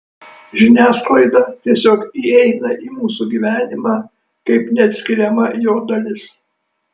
žiniasklaida tiesiog įeina į mūsų gyvenimą kaip neatskiriama jo dalis